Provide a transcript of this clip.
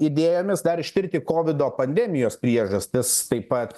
idėjomis dar ištirti kovido pandemijos priežastis taip pat